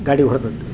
ಗಾಡಿ ಹೊಡ್ದಿದ್ದು